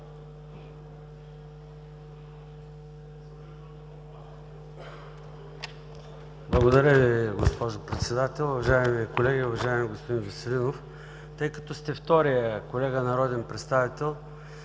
Благодаря Ви, госпожо Председател. Уважаеми колеги, уважаеми господин Веселинов! Тъй като сте вторият колега народен представител,